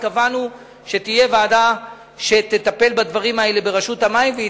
קבענו שתהיה ברשות המים ועדה שתטפל בדברים האלה,